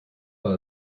war